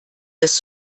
des